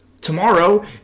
tomorrow